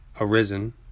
arisen